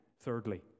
thirdly